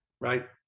Right